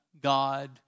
God